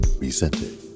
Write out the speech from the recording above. resented